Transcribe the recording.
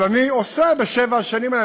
אבל אני עושה בשבע השנים האלה,